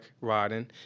riding